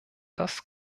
das